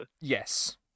Yes